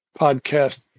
podcast